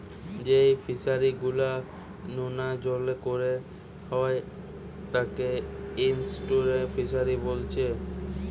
যেই ফিশারি গুলা নোনা জলে কোরা হয় তাকে এস্টুয়ারই ফিসারী বোলছে